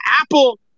Apple